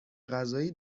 غذایی